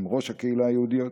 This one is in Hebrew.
עם ראש הקהילה היהודית,